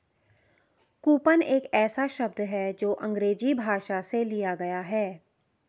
coupon एक ऐसा शब्द है जो अंग्रेजी भाषा से लिया गया है